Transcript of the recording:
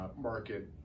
market